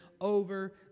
over